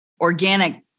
organic